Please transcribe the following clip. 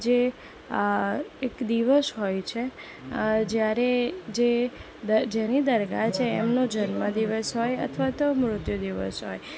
જે એક દિવસ હોય છે જ્યારે જે જેની દરગાહ છે એમનો જન્મદિવસ હોય અથવા તો મુત્યુ દિવસ હોય